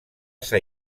s’ha